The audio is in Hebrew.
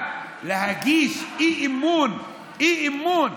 אבל להגיש אי-אמון, אי-אמון,